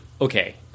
okay